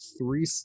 three